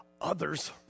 others